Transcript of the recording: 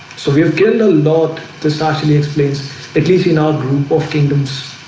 so we have killed a lot this actually explains at least enough of kingdoms